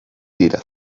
tira